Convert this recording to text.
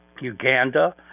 Uganda